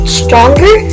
stronger